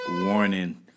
warning